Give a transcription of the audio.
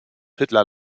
hitler